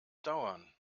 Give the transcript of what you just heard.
dauern